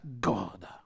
God